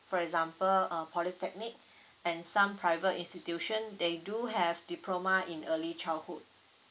for example a polytechnic and some private institution they do have diploma in early childhood